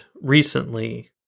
recently